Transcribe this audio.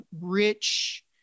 rich